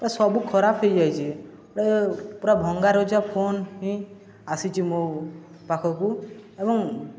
ପୁରା ସବୁ ଖରାପ ହେଇଯାଇଛେ ଗୋଟେ ପୁରା ଭଙ୍ଗା ରଜା ଫୋନ୍ ହିଁ ଆସିଛି ମୋ ପାଖକୁ ଏବଂ